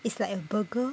it's like a burger